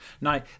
Now